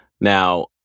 Now